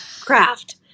craft